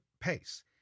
pace